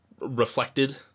reflected